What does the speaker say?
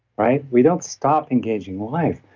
right? we don't stop engaging life,